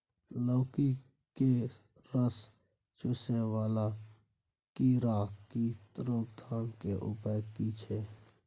लौकी के रस चुसय वाला कीरा की रोकथाम के उपाय की छै?